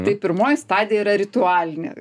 tai pirmoji stadija yra ritualinė